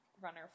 Runner